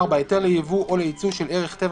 (44)היתר לייבוא או לייצוא של ערך טבע